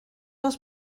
els